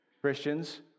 Christians